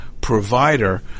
provider